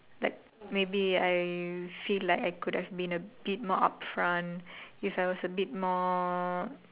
like maybe I see like I could have been a bit more upfront if I was a bit more